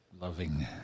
Loving